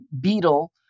beetle